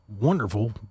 wonderful